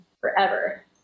forever